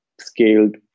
scaled